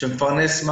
שמפרנסים